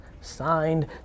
signed